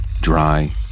dry